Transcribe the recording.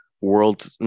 world